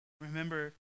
Remember